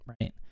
right